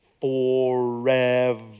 forever